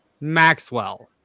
Maxwell